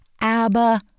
Abba